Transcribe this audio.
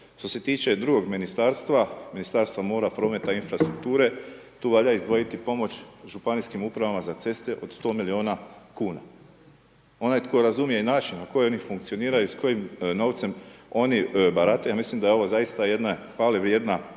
Što se tiče drugog ministarstva, Ministarstva mora, prometa i infrastrukture tu valja izdvojiti pomoć županijskim upravama za ceste od 100 miliona kuna onaj tko razumije način na koji oni funkcioniraju i s kojim novcem oni barataju ja mislim da je ovo zaista jedan hvale vrijedna